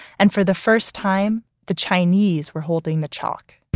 and for the first time, the chinese were holding the chalk